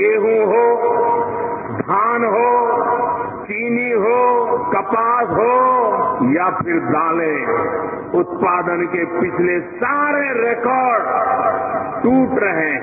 गेहूं हो धान हो चीनी हो कपास हो या फिर दालें हों उत्पादन के पिछले सारेरिकॉर्ड टूट रहे हैं